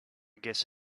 guess